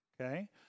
okay